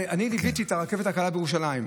אני ליוויתי את הרכבת הקלה בירושלים.